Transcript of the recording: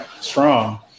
strong